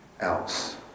else